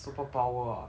superpower ah